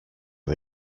are